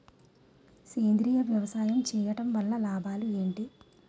సేంద్రీయ వ్యవసాయం చేయటం వల్ల లాభాలు ఏంటి?